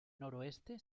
noroeste